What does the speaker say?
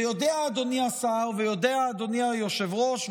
ויודע אדוני השר ויודע אדוני היושב-ראש,